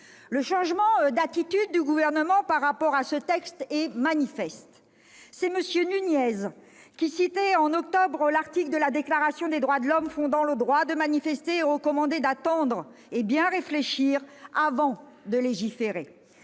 Le changement d'attitude du Gouvernement par rapport à ce texte est manifeste : M. Nunez citait en octobre l'article de la Déclaration des droits de l'homme fondant le droit de manifester et recommandait d'attendre et de bien réfléchir avant de légiférer